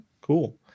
cool